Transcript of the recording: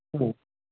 ம்